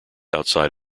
outside